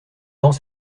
temps